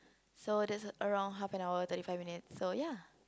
so that's around half an hour thirty five minutes so ya